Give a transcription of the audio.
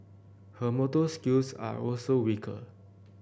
her motor skills are also weaker